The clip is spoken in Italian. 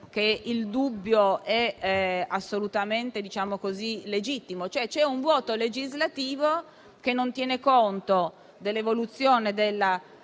che il dubbio è assolutamente legittimo. C'è un vuoto legislativo che non tiene conto dell'evoluzione della